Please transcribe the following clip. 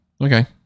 Okay